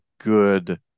good